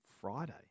Friday